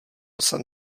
jsem